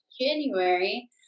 January